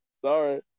sorry